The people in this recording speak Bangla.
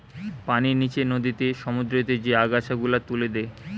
পানির নিচে নদীতে, সমুদ্রতে যে আগাছা গুলা তুলে দে